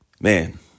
Man